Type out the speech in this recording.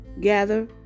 gather